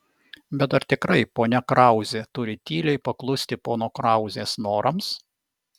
bet ar tikrai ponia krauzė turi tyliai paklusti pono krauzės norams